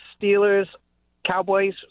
Steelers-Cowboys